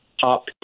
top